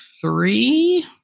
three